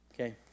Okay